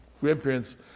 grandparents